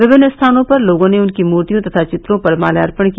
विभिन्न स्थानों पर लोगों ने उनकी मूर्तियों और चित्रों पर माल्यार्पण किया